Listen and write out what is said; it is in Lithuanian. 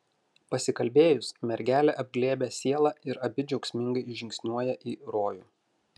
pasikalbėjus mergelė apglėbia sielą ir abi džiaugsmingai žingsniuoja į rojų